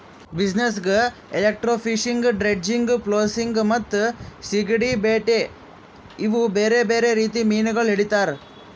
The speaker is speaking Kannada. ಬಸ್ನಿಗ್, ಎಲೆಕ್ಟ್ರೋಫಿಶಿಂಗ್, ಡ್ರೆಡ್ಜಿಂಗ್, ಫ್ಲೋಸಿಂಗ್ ಮತ್ತ ಸೀಗಡಿ ಬೇಟೆ ಇವು ಬೇರೆ ಬೇರೆ ರೀತಿ ಮೀನಾಗೊಳ್ ಹಿಡಿತಾರ್